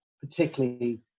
particularly